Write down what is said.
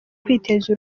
kwiteza